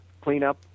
cleanup